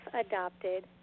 adopted